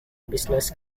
business